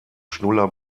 schnuller